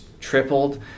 tripled